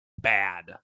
bad